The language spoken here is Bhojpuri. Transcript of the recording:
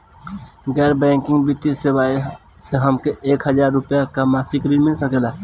गैर बैंकिंग वित्तीय सेवाएं से हमके एक हज़ार रुपया क मासिक ऋण मिल सकेला?